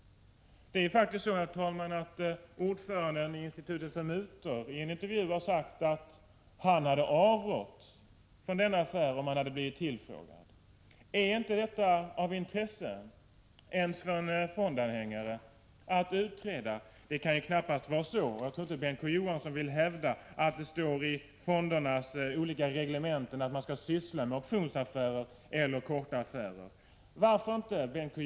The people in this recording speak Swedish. Det är faktiskt så, herr talman, att ordföranden i Institutet mot mutor i en intervju har sagt att han skulle ha avrått från denna affär, om han hade blivit tillfrågad. Är inte ens detta av intresse för en fondanhängare att utreda? Det kan ju knappast vara så — jag tror inte att Bengt K. Å. Johansson vill hävda det — att det står i fondernas olika reglementen att de skall syssla med optionsaffärer eller korta affärer. Varför inte, Bengt K.